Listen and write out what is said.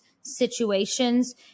situations